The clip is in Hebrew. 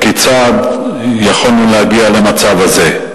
כיצד יכולנו להגיע למצב הזה.